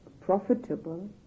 profitable